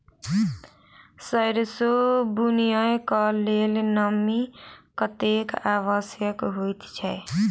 सैरसो बुनय कऽ लेल नमी कतेक आवश्यक होइ छै?